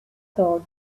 start